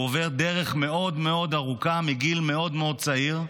הוא עובר דרך מאוד מאוד ארוכה מגיל מאוד מאוד צעיר.